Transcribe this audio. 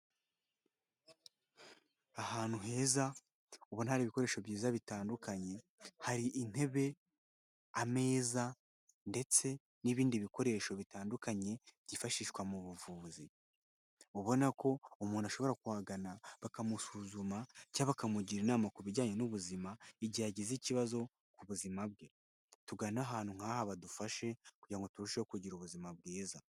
Ahantu heza ubona hari bikoresho byiza bitandukanye, hari intebe, ameza ndetse n'ibindi bikoresho bitandukanye byifashishwa mu buvuzi. Ubona ko umuntu ashobora kuhagana bakamusuzuma cyangwa bakamugira inama ku bijyanye n'ubuzima, igihe agize ikibazo ku buzima bwe. Tugane ahantu nk'aha badufashe, kugira ngo turusheho kugira ubuzima bwiza.